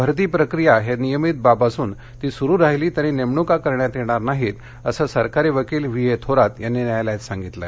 भरती प्रक्रिया ही नियमित बाब असून ती सुरू राहिली तरी नेमणुका करण्यात येणार नाहीत असं सरकारी वकील व्ही ए थोरात यांनी न्यायालयात सांगितलं